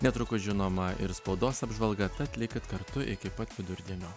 netrukus žinoma ir spaudos apžvalga tad likit kartu iki pat vidurdienio